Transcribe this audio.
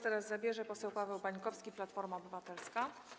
Teraz głos zabierze poseł Paweł Bańkowski, Platforma Obywatelska.